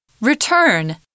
Return